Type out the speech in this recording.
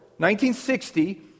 1960